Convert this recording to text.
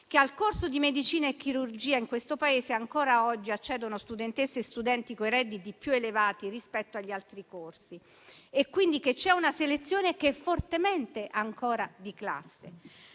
che al corso di medicina e chirurgia in questo Paese ancora oggi accedono studentesse e studenti con i redditi più elevati rispetto agli altri corsi. C'è una selezione che è fortemente ancora di classe.